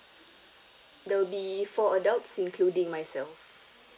there will be four adults including myself